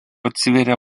atsiveria